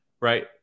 Right